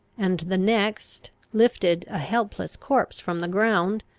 and the next lifted a helpless corpse from the ground,